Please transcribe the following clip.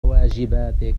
واجباتك